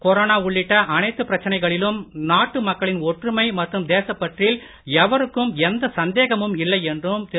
corona உள்ளிட்ட எல்லா பிரச்சனைகளிலும் நாட்டு மக்களின் ஒற்றுமை மற்றும் தேசப் பற்றில் எவருக்கும் எந்த சந்தேகமும் இல்லை என்றும் திரு